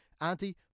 auntie